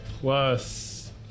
plus